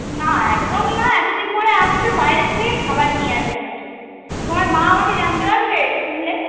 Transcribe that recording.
না একদম না এতো দিন পর আসছ বাইরের থেকে খাবার নিয়ে আসবে নাকি তোমার মা আমাকে জ্যান্ত রাখবে এটা শুনলে